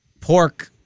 pork